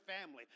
family